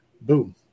Boom